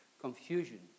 confusion